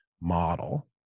model